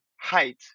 height